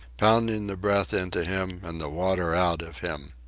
pounding the breath into him and the water out of him.